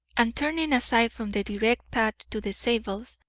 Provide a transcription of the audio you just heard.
and turning aside from the direct path to the zabels',